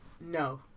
No